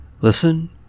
Listen